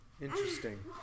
Interesting